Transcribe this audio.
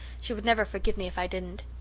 she would never forgive me if i didn't.